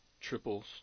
triples